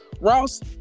Ross